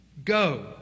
Go